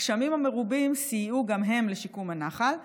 הגשמים המרובים סייעו גם הם לשיקום הנחל,